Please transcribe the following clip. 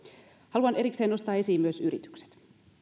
haluan erikseen nostaa esiin myös yritykset